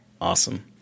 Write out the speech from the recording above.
Awesome